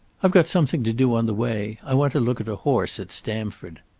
i've got something to do on the way. i want to look at a horse at stamford.